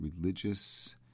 religious